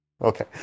Okay